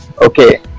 Okay